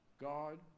God